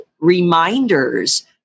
reminders